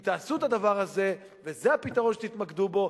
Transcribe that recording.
אם תעשו את הדבר הזה, וזה הפתרון שתתמקדו בו,